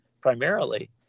primarily